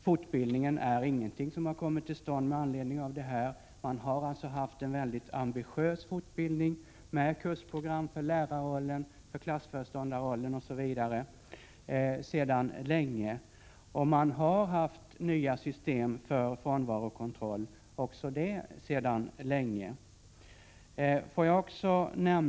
Fortbildningen har inte kommit till stånd med anledning av dessa händelser, utan det har sedan länge bedrivits en mycket ambitiös fortbildning med kursprogram för lärarrollen, klassföreståndarrollen osv. Nya system för frånvarokontroll har också prövats sedan länge.